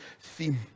theme